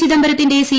ചിദംബരത്തിന്റെ സി